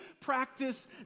practice